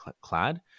clad